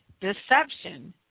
deception